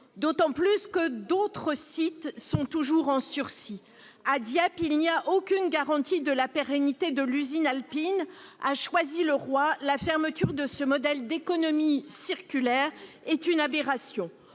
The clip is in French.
d'autant plus que d'autres sites sont en sursis. À Dieppe, il n'y a aucune garantie de la pérennité de l'usine Renault Alpine. À Choisy-le-Roi, la fermeture de ce modèle d'économie circulaire est une aberration.